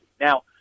Now